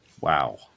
Wow